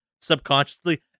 subconsciously